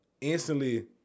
instantly